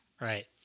Right